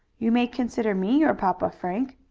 you may consider me your papa, frank,